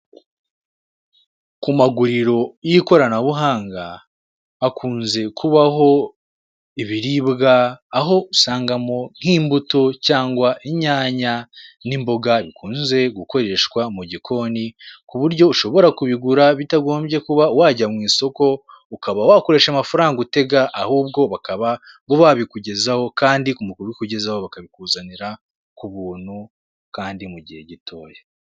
Ku maguriro y'ikoranabuhanga hakunze kubaho ibiribwa, aho usangamo nk'imbuto cyangwa inyanya n'imboga bikunze gukoreshwa mu gikoni ku buryo ushobora kubigura bitagombye kuba wajya mu isoko, ukaba wakoresha amafaranga utega, ahubwo bakaba bo babikugezaho kandi mu kubikugezaho bakabikuzanira ku buntu kandi mu gihe gitoya.